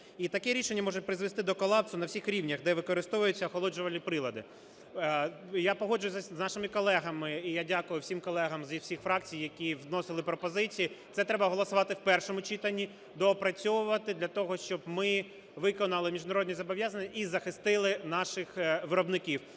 І таке рішення може привести до колапсу на всіх рівнях, де використовуються охолоджувальні прилади. Я погоджуюся з нашими колегами, і я дякую всім колегам зі всіх фракцій, які вносили пропозиції. Це треба голосувати в першому читанні, доопрацьовувати для того, щоб ми виконали міжнародні зобов'язання і захистили наших виробників.